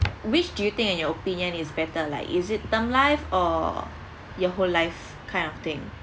which do you think in your opinion is better like is it term life or your whole life kind of thing